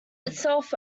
itself